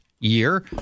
Year